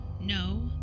No